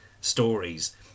stories